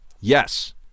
Yes